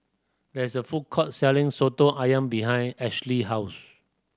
there is a food court selling Soto Ayam behind Ashly's house